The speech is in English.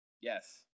Yes